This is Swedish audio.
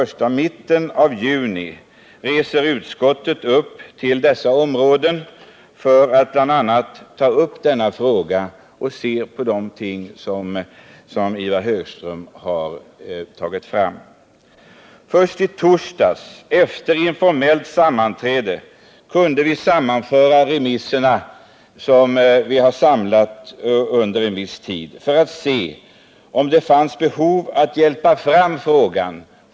I mitten av juni reser utskottet upp till dessa områden för att se på förhållandena. Först i torsdags efter ett informellt sammanträde kunde vi sammanföra remisserna för att se om vi för Ivar Högströms skull kunde driva fram frågan.